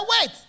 wait